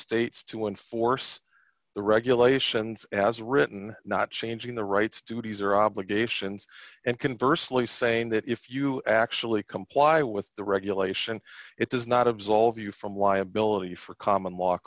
states to enforce the regulations as written not changing the rights duties or obligations and converse lee saying that if you actually comply with the regulation it does not absolve you from liability for common law